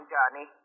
Johnny